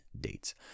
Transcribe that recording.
Dates